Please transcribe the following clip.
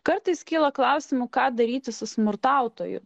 kartais kyla klausimų ką daryti su smurtautoju